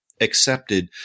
accepted